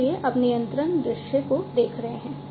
इसलिए अब नियंत्रण दृश्य को देख रहे हैं